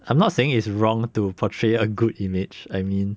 I'm not saying it's wrong to portray a good image I mean